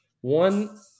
one